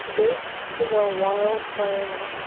this is our wild friday night.